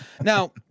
Now